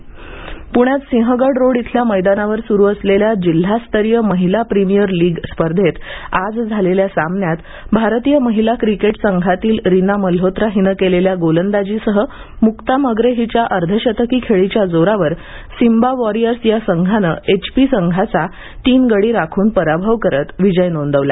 महिला क्रिकेट प्ण्यात सिंहगड रोड इथल्या मैदानावर सुरू असलेल्या जिल्हास्तरीय महिला प्रीमियर लीग स्पर्धेत आज झालेल्या सामन्यात भारतीय महिला क्रिकेट संघातील रीना मल्होत्रा हिनं केलेल्या गोलंदाजीसह मुक्ता मग्रे हिच्या अर्धशतकी खेळीच्या जोरावर सिम्बा वॉरियर्स संघाने एचपी संघाचा तीन गडी राखून पराभव करत पहिला विजय नोंदवला